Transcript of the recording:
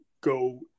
go